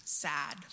sad